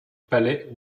palais